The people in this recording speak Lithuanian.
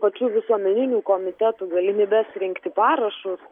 kokių visuomeninių komitetų galimybes rinkti parašus